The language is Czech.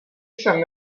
jsem